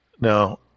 Now